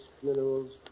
funerals